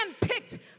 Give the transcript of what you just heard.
handpicked